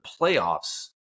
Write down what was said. playoffs